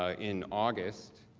ah in august.